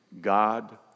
God